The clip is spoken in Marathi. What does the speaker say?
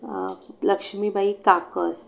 लक्ष्मीबाई काकस